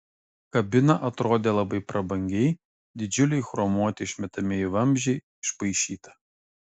kabina atrodė labai prabangiai didžiuliai chromuoti išmetamieji vamzdžiai išpaišyta